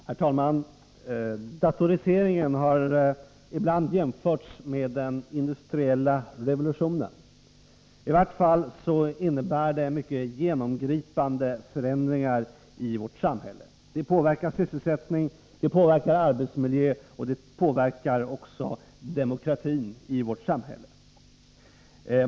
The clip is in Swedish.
Herr talman! Datoriseringen har ibland jämförts med den industriella revolutionen. I varje fall innebär den mycket genomgripande förändringar i vårt samhälle. Den påverkar sysselsättning, den påverkar arbetsmiljö och den påverkar också demokratin i vårt samhälle.